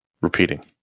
Repeating